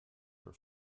for